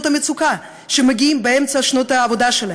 המצוקה שמגיעים באמצע שנות העבודה שלהם.